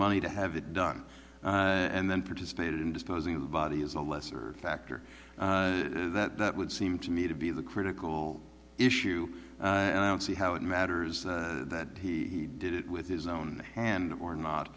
money to have it done and then participated in disposing of the body is a lesser factor that would seem to me to be the critical issue and i don't see how it matters that he did it with his own hand or